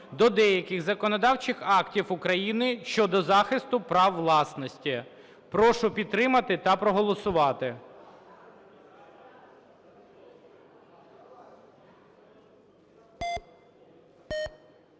до деяких законодавчих актів України щодо захисту прав власності. Прошу підтримати та проголосувати.